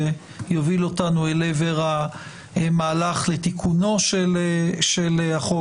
שיוביל אותנו אל עבר המהלך לתיקונו של החוק